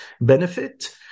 benefit